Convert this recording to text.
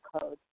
code